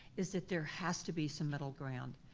is that there has to be some middle ground.